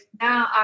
now